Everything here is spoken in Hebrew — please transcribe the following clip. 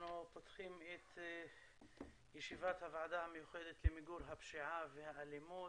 אנחנו פותחים את ישיבת הוועדה המיוחדת למיגור הפשיעה והאלימות.